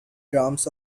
drums